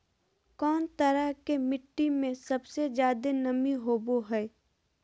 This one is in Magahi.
कौन तरह के मिट्टी में सबसे जादे नमी होबो हइ?